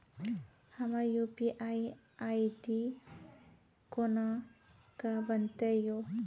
हमर UPI ID कोना के बनत यो?